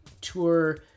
Tour